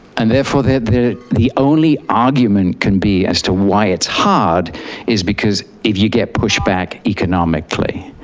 and therefore the the only argument can be as to why it's hard is because if you get push back economically.